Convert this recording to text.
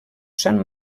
sant